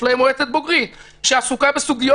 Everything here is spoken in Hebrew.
יש להם מועצת בוגרים שעסוקה בסוגיות